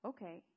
Okay